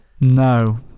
no